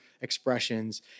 expressions